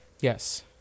Yes